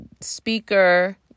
speaker